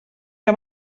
que